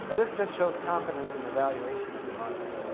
but this just shows confidence in the valuation of the market.